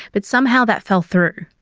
but somehow that fell through.